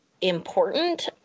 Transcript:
important